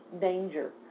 danger